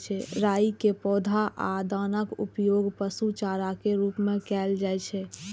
राइ के पौधा आ दानाक उपयोग पशु चारा के रूप मे कैल जाइ छै